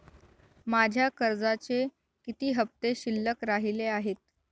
माझ्या कर्जाचे किती हफ्ते शिल्लक राहिले आहेत?